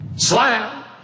Slam